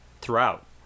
Throughout